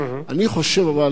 אבל זה לא מספיק,